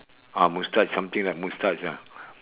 ah moustache something like moustache ah